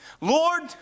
Lord